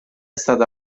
stata